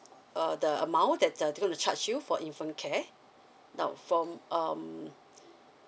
uh the amount that uh they gonna charge you for infant care now for um